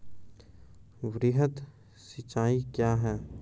वृहद सिंचाई कया हैं?